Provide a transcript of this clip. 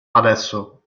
adesso